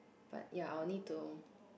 but ya I will need to